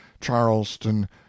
charleston